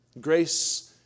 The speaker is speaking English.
Grace